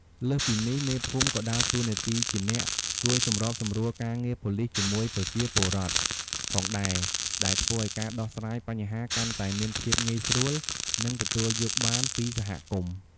លើសពីនេះ មេភូមិក៏ដើរតួនាទីជាអ្នក ជួយសម្របសម្រួលការងារប៉ូលីសជាមួយប្រជាពលរដ្ឋ ផងដែរ ដែលធ្វើឱ្យការដោះស្រាយបញ្ហាកាន់តែមានភាពងាយស្រួល និងទទួលយកបានពីសហគមន៍។